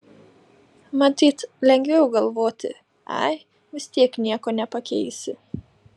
matyt lengviau galvoti ai vis tiek nieko nepakeisi